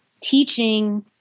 teaching